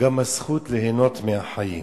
גם הזכות ליהנות מהחיים,